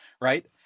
right